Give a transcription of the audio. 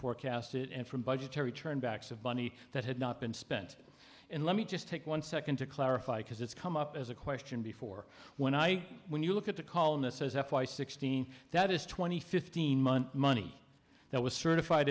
forecast it and from budgetary turn backs of money that had not been spent and let me just take one second to clarify because it's come up as a question before when i when you look at the calmness as f y sixteen that is twenty fifteen month money that was certified